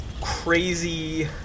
crazy